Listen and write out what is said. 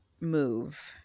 move